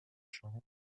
gens